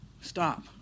Stop